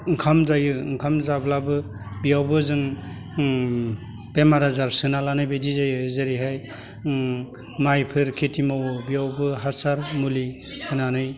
ओंखाम जायो ओंखाम जाब्लाबो बियावबो जों ओम बेमार आजार सोना लानाय बायदि जायो जेरैहाय ओम माइफोर खेथि मावो बेयावबो हासार मुलि होनानै